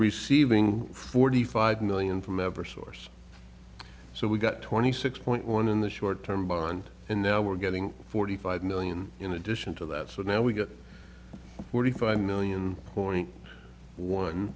receiving forty five million from ever source so we got twenty six point one in the short term bond and now we're getting forty five million in addition to that so now we get forty five million point one